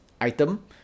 item